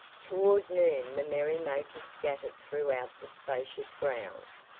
toward noon the merry-makers scattered throughout the spacious grounds,